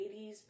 80s